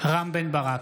רם בן ברק,